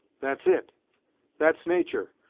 that's it that's natur',